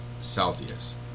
Celsius